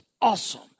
awesome